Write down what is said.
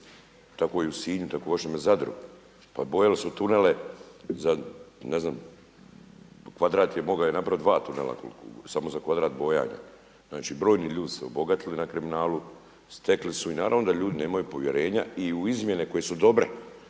tako je i u sinju, tako je u vašem Zadru. Pa bojali su tunele za, ne znam, kvadrat je mogao napraviti i dva tunela, samo za kvadrat bojanja, znači brojni ljudi su se obogatili na kriminalu, stekli su i naravno da ljudi nemaju povjerenja i u izmjene koje su dobre,